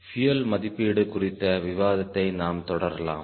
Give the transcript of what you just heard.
fuel மதிப்பீடு குறித்த விவாதத்தை நாம் தொடரலாம்